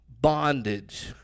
bondage